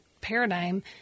paradigm